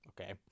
Okay